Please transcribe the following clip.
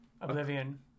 Oblivion